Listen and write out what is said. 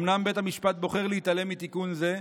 אומנם בית המשפט בוחר להתעלם מתיקון זה,